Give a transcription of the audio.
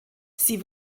sie